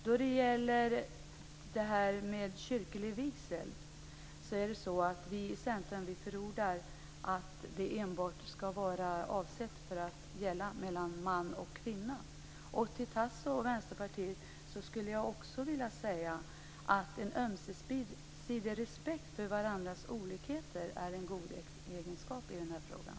När det gäller kyrklig vigsel förordar vi i Centern att den enbart skall vara avsedd att gälla mellan man och kvinna. Till Tasso och Vänsterpartiet skulle jag också vilja säga att en ömsesidig respekt för varandras olikheter är en god egenskap i den här frågan.